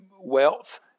wealth